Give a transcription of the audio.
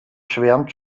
schwärmt